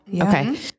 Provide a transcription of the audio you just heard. Okay